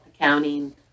accounting